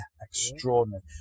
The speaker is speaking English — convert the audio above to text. extraordinary